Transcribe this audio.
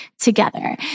together